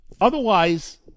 Otherwise